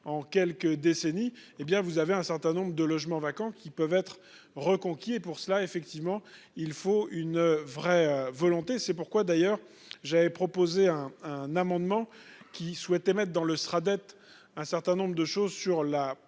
en quelques décennies, hé bien vous avez un certain nombre de logements vacants qui peuvent être reconquis et pour cela, effectivement il faut une vraie volonté. C'est pourquoi d'ailleurs j'avais proposé un amendement qui souhaitait mettre dans le sera d'être un certain nombre de choses sur la